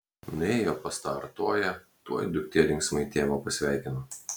nuėjo pas tą artoją tuoj duktė linksmai tėvą pasveikino